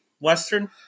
Western